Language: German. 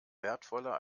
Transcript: wertvoller